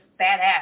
badass